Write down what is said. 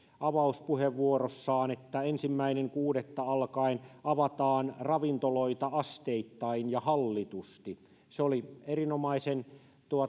avauspuheenvuorossaan että ensimmäinen kuudetta alkaen avataan ravintoloita asteittain ja hallitusti se oli erinomaisen